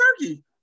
turkey